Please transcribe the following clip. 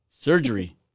Surgery